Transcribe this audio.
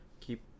keep